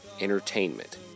Entertainment